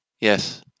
Yes